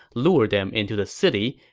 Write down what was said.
lure them into the city,